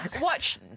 watch